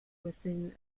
within